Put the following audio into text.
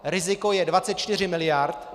Riziko je 24 mld.